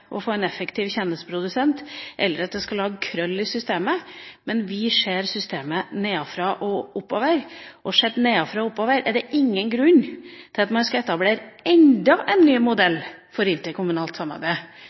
å få en effektiv tjenesteprodusent eller lage krøll i systemet, men vi ser systemet nedenfra og oppover – og sett nedenfra og oppover er det ingen grunn til at man skal etablere enda en ny modell for interkommunalt samarbeid